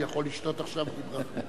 הוא יכול לשתות עכשיו בלי ברכה.